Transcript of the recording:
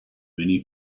many